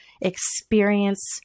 experience